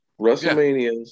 WrestleManias